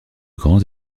grands